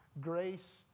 Grace